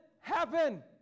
happen